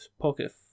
pocket